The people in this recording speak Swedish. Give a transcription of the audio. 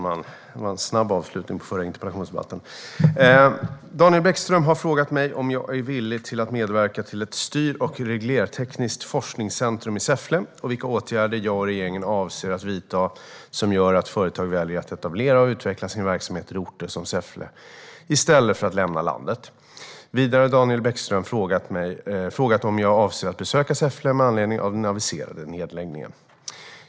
Herr talman! Daniel Bäckström har frågat mig om jag är villig att medverka till ett styr och reglertekniskt forskningscentrum i Säffle och vilka åtgärder jag och regeringen avser att vidta som gör att företag väljer att etablera och utveckla sin verksamhet i orter som Säffle i stället för att lämna landet. Vidare har Daniel Bäckström frågat om jag avser att besöka Säffle med anledning av den aviserade nedläggningen.